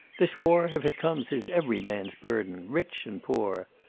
this war, if it comes, is every man's burden, rich and poor.